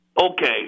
Okay